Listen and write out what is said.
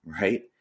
right